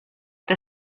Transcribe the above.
the